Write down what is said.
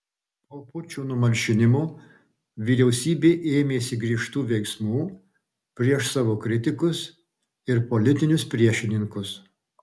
po pučo numalšinimo vyriausybė ėmėsi griežtų veiksmų prieš savo kritikus ir politinius priešininkus